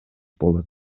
болот